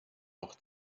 noch